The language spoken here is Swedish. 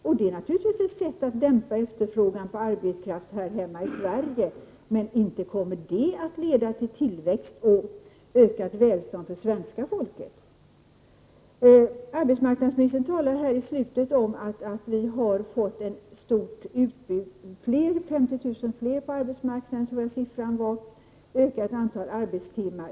Och det är naturligtvis ett sätt att dämpa efterfrågan på arbetskraft här hemma i Sverige, men inte kommer det att leda till tillväxt och ökat välstånd för svenska folket. Arbetsmarknadsministern talade mot slutet om att vi har fått ett stort utbud -— jag tror att siffran var 50 000 fler anställda på arbetsmarknaden — och ett ökat antal arbetstimmar.